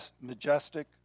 majestic